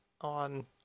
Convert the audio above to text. on